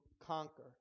conquer